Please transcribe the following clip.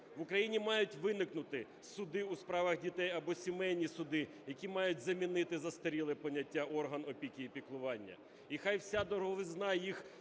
В Україні мають виникнути суди у справах дітей або сімейні суди, які мають замінити застаріле поняття "орган опіки і піклування". І хай вся дороговизна їх